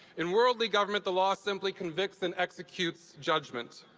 in worldly government, the law simply convicts and executes judgment.